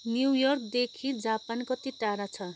न्युयोर्कदेखि Japan कति टाढा छ